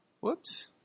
whoops